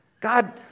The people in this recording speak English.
God